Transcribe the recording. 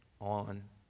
on